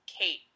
Kate